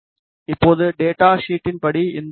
இப்போது டேட்டா ஷீட்டின் படி இந்த பி